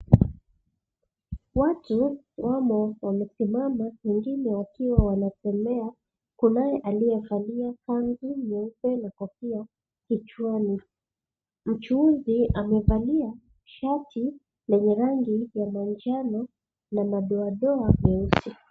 Watu wamo wamesimama wengine wakiwa wanapolea. Kunaye aliyevalia kanzu nyeupe na kofia kichwani. Mchuuzi amevalia shati lenye rangi ya manjano na madoadoa meusi.